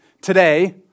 today